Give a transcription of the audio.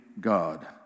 God